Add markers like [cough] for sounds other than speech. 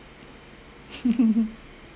[laughs]